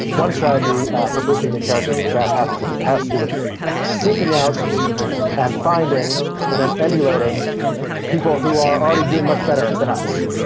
one strategy for bridging the character gap has to has to do with seeking out and finding and then emulating people who are already doing much better than us